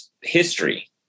history